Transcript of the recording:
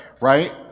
right